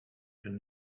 can